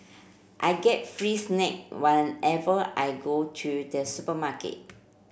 I get free snack whenever I go to the supermarket